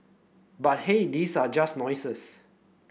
but hey these are just noises